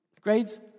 Grades